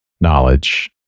knowledge